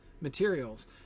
materials